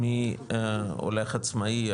מי הולך עצמאי?